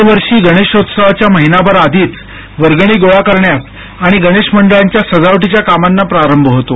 दरवर्षी गणेशोत्सवाच्या महिनाभर आधीच वर्गणी गोळा करण्यास आणि गणेश मंडळांच्या सजावटीच्या कामांना प्रारंभ होतो